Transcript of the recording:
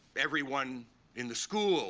everyone in the school